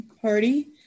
party